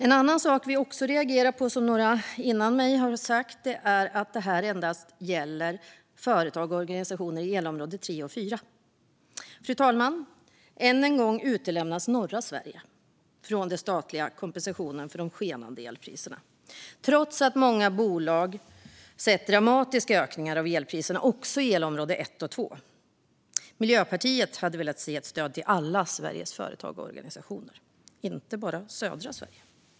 En annan sak som vi också reagerar på och som några före mig har nämnt är att stödet endast gäller företag och organisationer i elområde 3 och 4, fru talman. Än en gång utelämnas norra Sverige från den statliga kompensationen för de skenande elpriserna, trots att många bolag sett dramatiska ökningar av elpriserna även i elområde 1 och 2. Miljöpartiet hade velat se ett stöd till alla Sveriges företag och organisationer, inte bara till dem i södra Sverige.